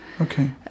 Okay